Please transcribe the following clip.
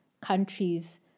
countries